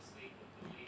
ya